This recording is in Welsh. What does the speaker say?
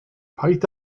paid